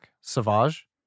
Savage